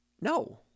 No